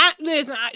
Listen